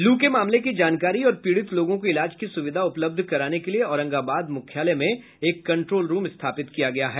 लू के मामले की जानकारी और पीड़ित लोगों को इलाज की सुविधा उपलब्ध कराने के लिए औरंगाबाद मुख्यालय में एक कंट्रोल रूम स्थापित किया गया है